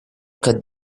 cut